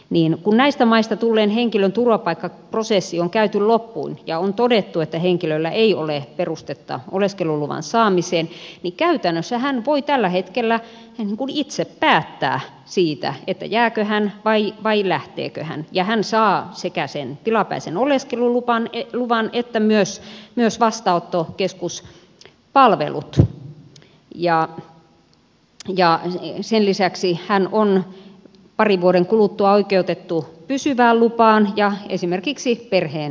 niin kun näistä maista tulleen henkilön turvapaikkaprosessi on käyty loppuun ja on todettu että henkilöllä ei ole perustetta oleskeluluvan saamiseen käytännössä hän voi tällä hetkellä itse päättää jääkö hän vai lähteekö hän ja hän saa sekä sen tilapäisen oleskeluluvan että myös vastaanottokeskuspalvelut ja sen lisäksi hän on parin vuoden kuluttua oikeutettu pysyvään lupaan ja esimerkiksi perheen yhdistämisiin